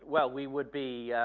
well we would be